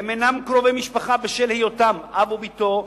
הם אינם קרובי משפחה בשל היותם אבו ובתו,